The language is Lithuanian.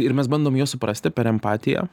ir mes bandom juos suprasti per empatiją